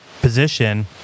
position